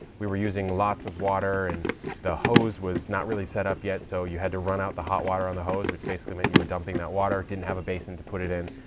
we were using lots of water and the hose was not really set up yet. so you had to run out the hot water on the hose, which basically meant you were dumping that water. i didn't have a basin to put it in.